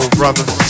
brothers